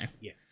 yes